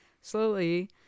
Slowly